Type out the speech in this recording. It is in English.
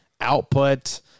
output